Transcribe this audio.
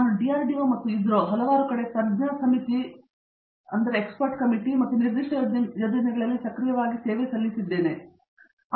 ನಾನು ಡಿಆರ್ಡಿಒ ಮತ್ತು ಇಸ್ರೊ ಹಲವಾರು ಕಡೆ ತಜ್ಞ ಸಮಿತಿಗಳು ಮತ್ತು ನಿರ್ದಿಷ್ಟ ಯೋಜನೆಗಳಲ್ಲಿ ಸಕ್ರಿಯವಾಗಿ ಸೇವೆ ಸಲ್ಲಿಸುತ್ತಿದ್ದೇನೆ ಎಂದು ಹೇಳಿದ್ದಾರೆ